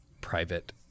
private